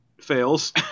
fails